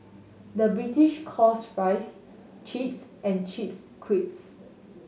the British calls fries chips and chips